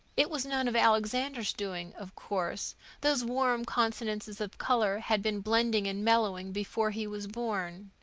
it was none of alexander's doing, of course those warm consonances of color had been blending and mellowing before he was born.